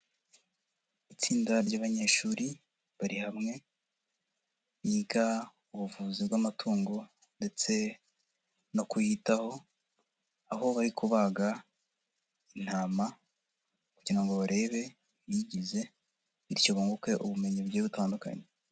Itsinda ry'abanyeshuri bari hamwe biga ubuvuzi bw'amatungo ndetse no kuyitaho, aho bari kubaga intama kugira ngo barebe ibiyigize bityo bunguke ubumenyi bugiye butandukanye.